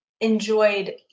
enjoyed